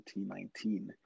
2019